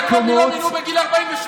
למה את סיגל יעקבי לא מינו בגיל 48?